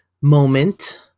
moment